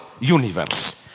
universe